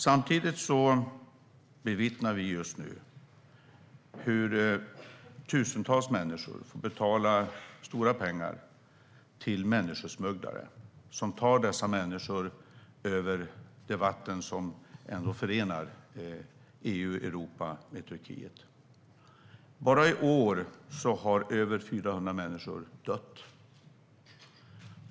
Samtidigt bevittnar vi just nu hur tusentals människor betalar stora pengar till människosmugglare, som tar dem över det vatten som förenar Europa och Turkiet. Bara i år har över 400 människor dött.